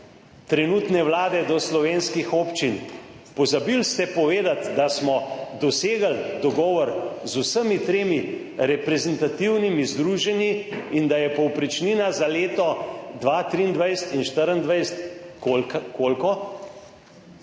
trenutne vlade do slovenskih občin. Pozabili ste povedati, da smo dosegli dogovor z vsemi tremi reprezentativnimi združenji in da je povprečnina za leto 2023 in 2024 koliko?